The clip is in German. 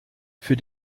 für